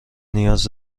نیاز